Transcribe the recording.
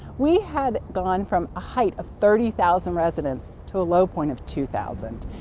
we had gone from a height of thirty thousand residents to a low point of two thousand.